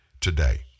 today